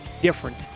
different